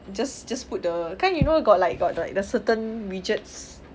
just just put the kan you know got like got got the certain widgets